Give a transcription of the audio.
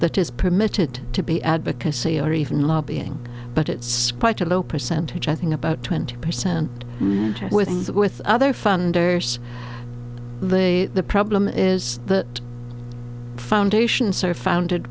that is permitted to be advocacy or even lobbying but it's quite a low percentage i think about twenty percent with as with other funders the problem is that foundation sir founded